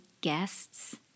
guests